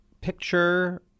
picture